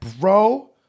Bro